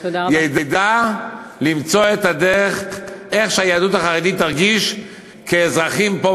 הוא ידע למצוא את הדרך שהיהדות החרדית תרגיש כאזרחים פה,